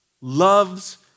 loves